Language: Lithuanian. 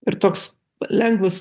ir toks lengvas